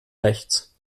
rechts